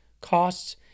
costs